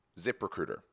ZipRecruiter